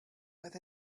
with